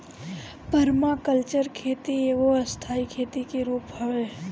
permaculture खेती एगो स्थाई खेती के रूप हवे